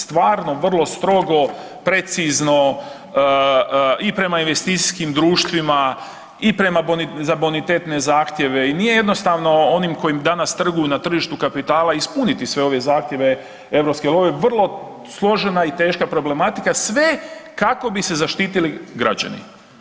Stvarno, vrlo strogo, precizno i prema investicijskim društvima i prema za bonitetne zahtjeve i nije jednostavno onim koji danas trguju na tržištu kapitala ispuniti sve ove zahtjeve europske jer ovo je vrlo složena i teška problematika sve kako bi se zaštitili građani.